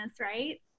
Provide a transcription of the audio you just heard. right